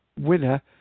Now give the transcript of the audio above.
winner